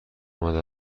آمده